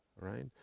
right